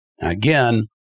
Again